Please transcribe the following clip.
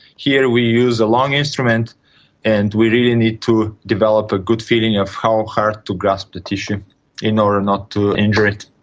here we use a long instrument and we really need to develop a good feeling of how hard to grasp the tissue in order not to injure it.